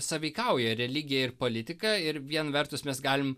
sąveikauja religija ir politika ir vien vertus mes galim